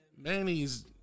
Manny's